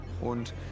und